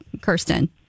kirsten